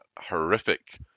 horrific